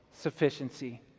sufficiency